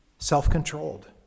Self-controlled